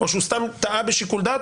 או שהוא סתם טעה בשיקול דעת,